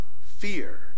fear